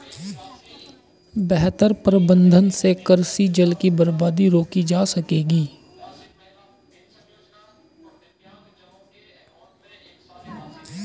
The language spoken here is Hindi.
बेहतर प्रबंधन से कृषि जल की बर्बादी रोकी जा सकेगी